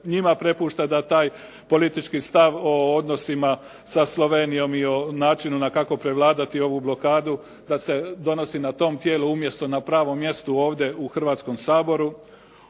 njima prepušta da taj politički stav o odnosima sa Slovenijom i o načinu na kako prevladati ovu blokadu da se donosi na tom tijelu umjesto na pravom mjestu ovdje u Hrvatskom saboru.